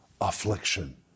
affliction